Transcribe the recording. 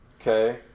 Okay